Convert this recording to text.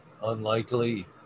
unlikely